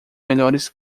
melhores